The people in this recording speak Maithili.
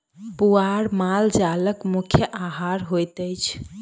पुआर माल जालक मुख्य आहार होइत अछि